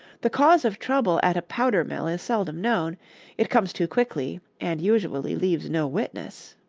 the cause of trouble at a powder-mill is seldom known it comes too quickly, and usually leaves no witness.